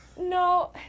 No